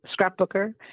scrapbooker